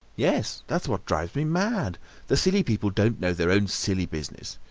yes that's what drives me mad the silly people don't know their own silly business.